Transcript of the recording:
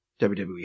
WWE